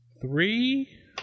three